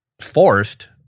forced